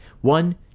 One-